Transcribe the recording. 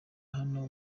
hano